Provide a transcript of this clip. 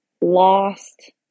lost